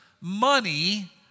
money